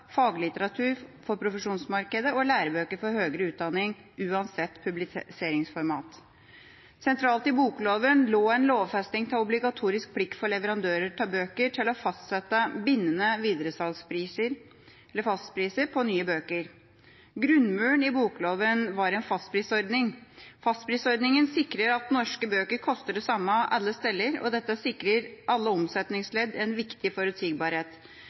faglitteratur for profesjonsmarkedet og lærebøker for høyere utdanning uansett publiseringsformat. Sentralt i bokloven lå en lovfesting av obligatorisk plikt for leverandører av bøker til å fastsette bindende videresalgspriser – fastpriser – på nye bøker. Grunnmuren i bokloven er en fastprisordning. Fastprisordninga sikrer at norske bøker koster det samme alle steder. Dette sikrer alle omsetningsledd en viktig forutsigbarhet.